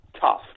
tough